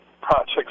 projects